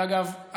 אגב,